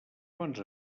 bons